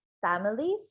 families